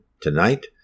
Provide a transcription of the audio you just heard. tonight